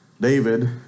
David